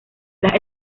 las